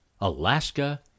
Alaska